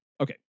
Okay